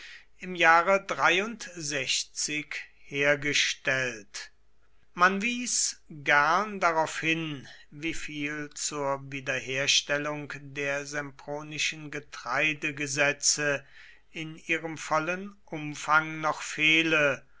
im jahre hergestellt man wies gern darauf hin wieviel zur wiederherstellung der sempronischen getreidegesetze in ihrem vollen umfang noch fehle